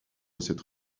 cette